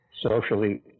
Socially